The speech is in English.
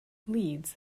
leeds